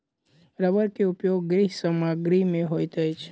रबड़ के उपयोग गृह सामग्री में होइत अछि